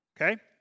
okay